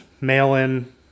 mail-in